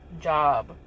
job